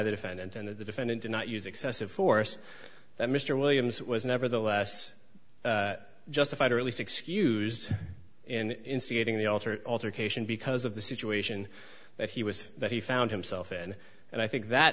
the defendant and the defendant did not use excessive force that mr williams was nevertheless justified or at least excused in instigating the altered altercation because of the situation that he was that he found himself in and i think that